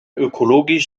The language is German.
ökologisch